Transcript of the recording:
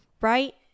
Right